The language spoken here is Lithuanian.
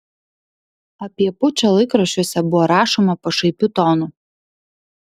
apie pučą laikraščiuose buvo rašoma pašaipiu tonu